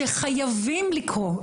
שחייבים לקרוא?